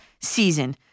season